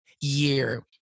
year